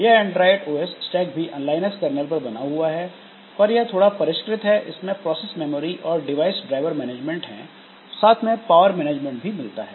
यह Android OS stack भी Linux kernel पर बना हुआ है पर यह थोड़ा परिष्कृत है इसमें प्रोसेस मेमोरी और डिवाइस ड्राइवर मैनेजमेंट है और साथ में पावर मैनेजमेंट भी मिलता है